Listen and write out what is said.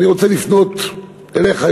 אני רוצה לפנות אליך,